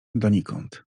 donikąd